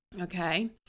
Okay